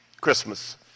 Christmas